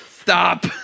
Stop